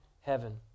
heaven